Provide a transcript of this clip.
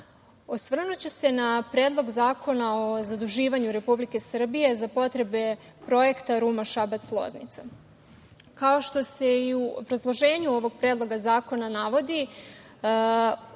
osvrnuću se na Predlog zakona o zaduživanju Republike Srbije za potrebe Projekta Ruma-Šabac-Loznica. Kao što se i u obrazloženju Predloga ovog zakona navodi,